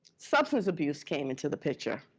substance abuse came into the picture.